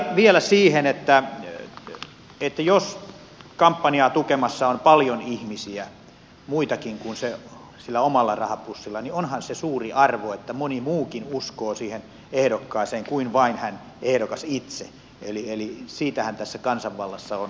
vielä siihen että jos kampanjaa tukemassa on paljon ihmisiä muitakin kuin sillä omalla rahapussilla niin onhan se suuri arvo että moni muukin uskoo siihen ehdokkaaseen kuin vain ehdokas itse eli siitähän tässä kansanvallassa on pohjimmiltaan kysymys